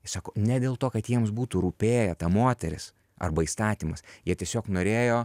jis sako ne dėl to kad jiems būtų rūpėję ta moteris arba įstatymas jie tiesiog norėjo